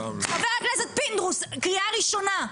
חבר הכנסת פינדרוס, קריאה ראשונה.